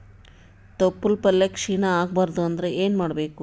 ತೊಪ್ಲಪಲ್ಯ ಕ್ಷೀಣ ಆಗಬಾರದು ಅಂದ್ರ ಏನ ಮಾಡಬೇಕು?